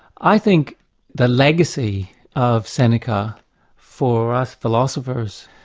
i think the legacy of seneca for us philosophers